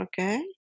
Okay